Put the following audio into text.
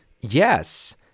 Yes